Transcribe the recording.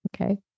Okay